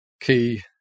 key